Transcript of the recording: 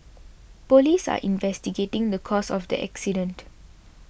police are investigating the cause of the accident